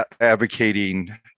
advocating